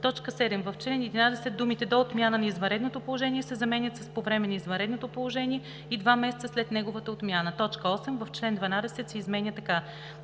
7. В чл. 11 думите „до отмяната на извънредното положение“ се заменят с „по време на извънредното положение и два месеца след неговата отмяна“. 8. Член 12 се изменя така: